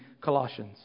Colossians